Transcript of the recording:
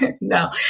No